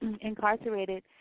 incarcerated